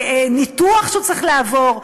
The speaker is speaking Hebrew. ניתוח שהוא צריך לעבור?